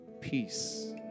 peace